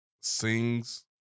sings